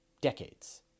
decades